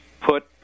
put